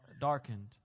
darkened